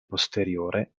posteriore